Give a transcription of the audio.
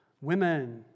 women